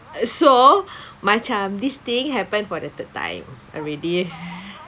so macam this thing happen for the third time already